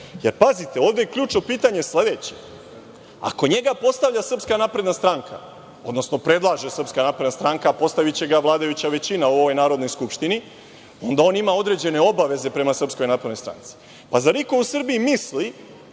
rečeno. Pazite, ovde je ključno pitanje sledeće. Ako njega postavlja Srpska napredna stranka, odnosno predlaže Srpska napredna stranka a postaviće ga vladajuća većina u ovoj Narodnoj skupštini, onda on ima određene obaveze prema Srpskojnaprednoj stranci. Zar iko u Srbiji misli